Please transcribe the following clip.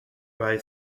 bei